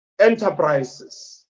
enterprises